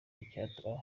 icyatuma